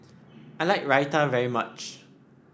I like Raita very much